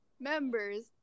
members